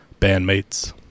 bandmates